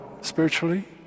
spiritually